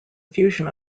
fusion